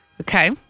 Okay